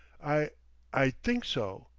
i i think so.